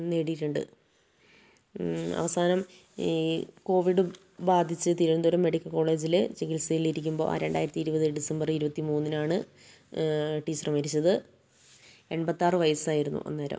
നേടിയിട്ടുണ്ട് അവസാനം ഈ കോവിഡ് ബാധിച്ച് തിരുവനന്തപുരം മെഡിക്കൽ കോളേജിൽ ചികിത്സയിൽ ഇരിക്കുമ്പോൾ ആ രണ്ടായിരത്തി ഇരുപത് ഡിസംബർ ഇരുപത്തി മൂന്നിനാണ് ടീച്ചറ് മരിച്ചത് എൺപത്താറ് വയസ്സായിരുന്നു അന്നേരം